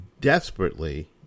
desperately